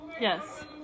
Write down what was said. Yes